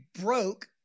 broke